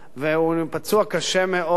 והוא פצוע קשה מאוד,